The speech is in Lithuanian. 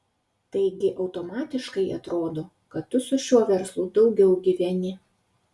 taigi automatiškai atrodo kad tu su šiuo verslu daugiau gyveni